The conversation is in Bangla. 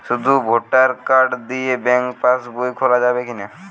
শুধু ভোটার কার্ড দিয়ে ব্যাঙ্ক পাশ বই খোলা যাবে কিনা?